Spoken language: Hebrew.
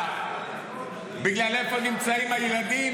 בלילה בגלל איפה נמצאים הילדים,